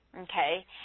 okay